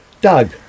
Doug